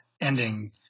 ending